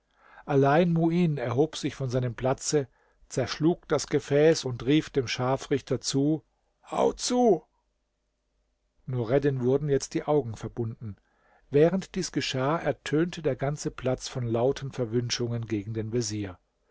allein muin erhob sich von seinem platze zerschlug das gefäß und rief dem scharfrichter zu hau zu nureddin wurden jetzt die augen verbunden während dies geschah ertönte der ganze platz von lauten verwünschungen gegen den vezier